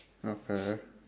okay